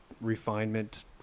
refinement